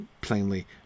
plainly